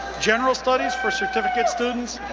general studies for certificate students,